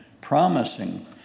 promising